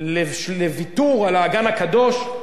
לוויתור על האגן הקדוש.